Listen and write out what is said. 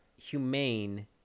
humane